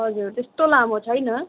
हजुर त्यस्तो लामो छैन